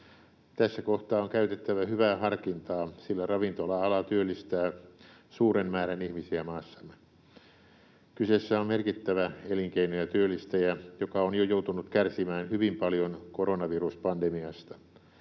Tässä kohtaa on käytettävä hyvää harkintaa, sillä ravintola-ala työllistää suuren määrän ihmisiä maassamme. Kyseessä on merkittävä elinkeino ja työllistäjä, joka on jo joutunut kärsimään hyvin paljon koronaviruspandemiasta.